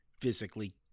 physically